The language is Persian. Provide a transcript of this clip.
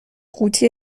قوطی